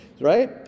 right